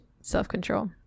self-control